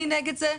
אני נגד זה.